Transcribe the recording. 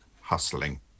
hustling